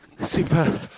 super